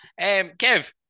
Kev